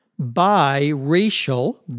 Biracial